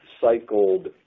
cycled